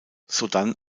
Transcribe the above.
sodann